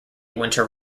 winter